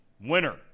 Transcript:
winner